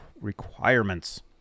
requirements